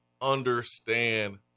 understand